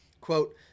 Quote